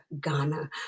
Ghana